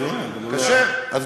להלל את חברות הקייטרינג